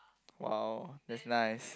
!wow! that's nice